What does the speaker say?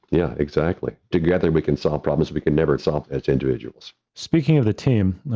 yeah, exactly. together, we can solve problems we can never solve as individuals. speaking of the team now,